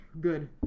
good